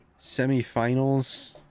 semifinals